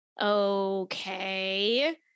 Okay